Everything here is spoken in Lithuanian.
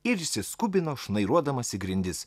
ir išsiskubino šnairuodamas į grindis